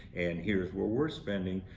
and here's where we're spending.